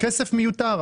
כסף מיותר.